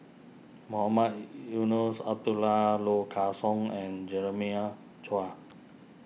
Mohamed Eunos Abdullah Low car Song and Jeremiah Choy